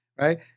right